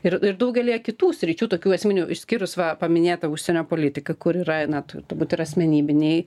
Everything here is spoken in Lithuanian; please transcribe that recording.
ir ir daugelyje kitų sričių tokių esminių išskyrus va paminėtą užsienio politiką kur yra na turbūt ir asmenybiniai